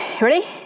ready